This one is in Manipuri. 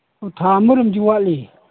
ꯑꯣ ꯊꯥ ꯑꯃꯔꯣꯝꯗꯤ ꯋꯥꯠꯂꯤ